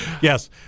Yes